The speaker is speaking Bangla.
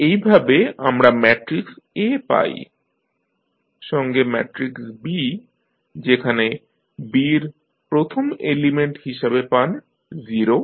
এইভাবে আমরা ম্যাট্রিক্স A পাই সঙ্গে ম্যাট্রিক্স B যেখানে B র প্রথম এলিমেন্ট হিসাবে পান 0